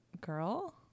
girl